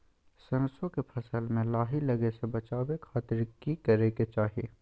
सरसों के फसल में लाही लगे से बचावे खातिर की करे के चाही?